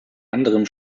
anderem